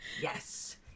yes